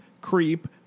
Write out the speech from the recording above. creep